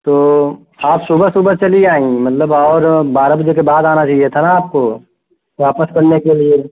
तो आप सुबह सुबह चली आईं मतलब और बारह बजे के बाद आना चहिए था न आपको वापस करने के लिए